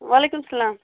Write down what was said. وعلیکُم السلام